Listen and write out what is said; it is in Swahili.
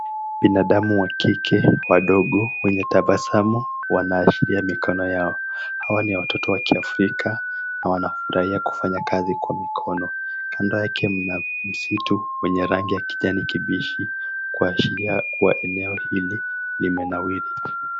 Binadamu wa kike wadogo wenye tabasamu wanaashiria mikono yao. Hawa ni watoto wa kiafrika na wanafurahia kufanya kazi kwa mikono. Kando yake mna msitu wenye rangi ya kijani kibichi kuashiria kua eneo hili limenawiri.